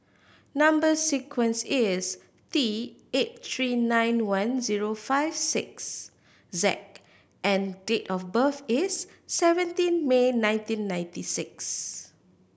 number sequence is T eight three nine one zero five six Z and date of birth is seventeen May nineteen ninety six